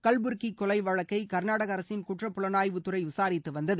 கவ்டர்கி கொலை வழக்கை கர்நாடக அரசின் குற்றப்புலனாய்வுத்துறை விசாரித்து வந்தது